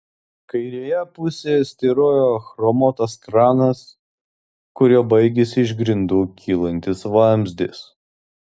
kairėje pusėje styrojo chromuotas kranas kuriuo baigėsi iš grindų kylantis vamzdis